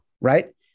right